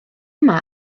yma